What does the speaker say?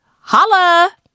Holla